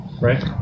right